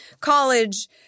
college –